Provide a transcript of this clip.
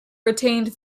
retained